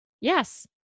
Yes